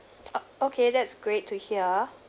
oh okay that's great to hear